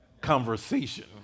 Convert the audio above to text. conversation